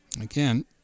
Again